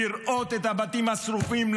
לראות את הבתים השרופים,